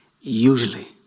usually